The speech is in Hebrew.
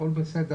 הכל בסדר,